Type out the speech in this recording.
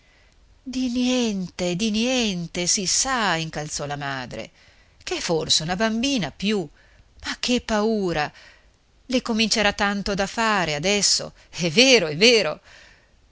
di niente di niente si sa incalzò la madre che è forse una bambina più che paura le comincerà tanto da fare adesso è vero è vero